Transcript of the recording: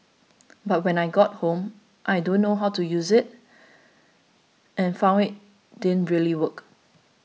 but when I got home I don't know how to use it and found it didn't really work